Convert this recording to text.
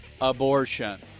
abortion